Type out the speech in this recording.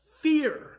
fear